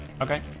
Okay